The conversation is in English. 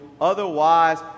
otherwise